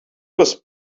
was